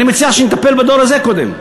אני מציע שנטפל בדור הזה קודם,